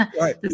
Right